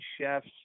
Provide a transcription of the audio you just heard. Chefs